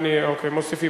אוקיי, מוסיפים.